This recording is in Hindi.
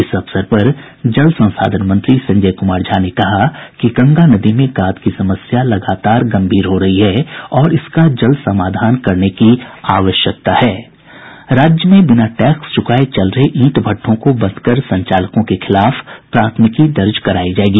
इस अवसर पर जल संसाधन मंत्री संजय कुमार झा ने कहा कि गंगा नदी में गाद की समस्या लगातार गंभीर हो रही है और इसका जल्द समाधान करने की आवश्यकता है राज्य में बिना टैक्स चुकाये चल रहे ईंट भट्ठों को बंद कर संचालकों के खिलाफ प्राथमिकी दर्ज करायी जायेगी